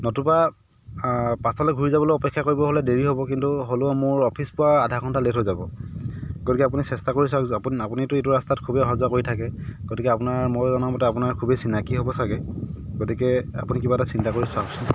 নতুবা পাছলৈ ঘূৰি যাবলৈ অপেক্ষা কৰিব হ'লে দেৰি হ'ব কিন্তু হ'লেও মোৰ অফিচ পোৱা আধা ঘণ্টা লেট হৈ যাব গতিকে আপুনি চেষ্টা কৰি চাওক আপুনি আপুনিতো এইটো ৰাস্তাত খুবেই অহা যোৱা কৰি থাকে গতিকে আপোনাৰ মই জনা মতে আপোনাৰ খুবেই চিনাকী হ'ব চাগৈ গতিকে আপুনি কিবা এটা চিন্তা কৰি চাওকচোন